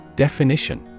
Definition